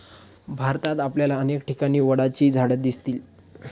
भारतात आपल्याला अनेक ठिकाणी वडाची झाडं दिसतील